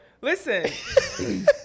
Listen